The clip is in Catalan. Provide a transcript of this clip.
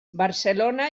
barcelona